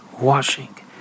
washing